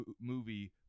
movie